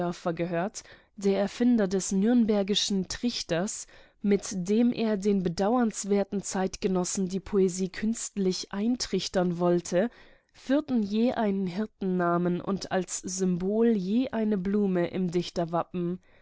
gehört der erfinder des nürnberger trichters mit dem er den bedauernswerten zeitgenossen die poesie künstlich eintrichtern wollte führten je einen hirtennamen und als symbol je eine blume im